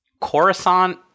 Coruscant